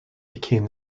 became